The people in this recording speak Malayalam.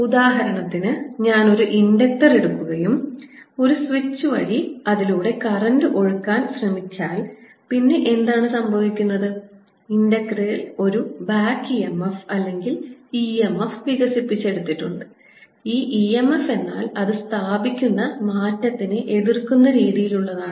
ഉദാഹരണത്തിന് ഞാൻ ഒരു ഇൻഡക്റ്റർ എടുക്കുകയും ഒരു സ്വിച്ച് വഴി അതിലൂടെ കറന്റ് ഒഴുക്കാൻ ശ്രമിച്ചാൽ പിന്നെ എന്താണ് സംഭവിക്കുന്നത് ഇൻഡക്ടറിൽ ഒരു ബാക്ക് EMF അല്ലെങ്കിൽ EMF വികസിപ്പിച്ചെടുത്തിട്ടുണ്ട് ഈ EMF എന്നാൽ അത് സ്ഥാപിക്കുന്ന മാറ്റത്തിനെ എതിർക്കുന്ന രീതിയിലുള്ളതാണ്